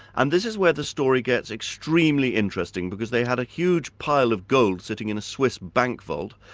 and this is where the story gets extremely interesting, because they had a huge pile of gold sitting in a swiss bank vault,